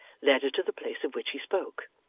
led her to the place of which he spoke.